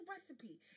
recipe